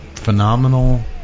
phenomenal